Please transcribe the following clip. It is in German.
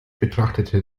betrachtete